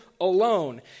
alone